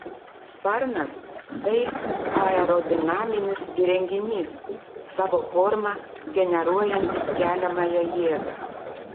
sparnas tai aerodinaminis įrenginys savo forma generuojantis keliamąją jėgą